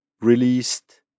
released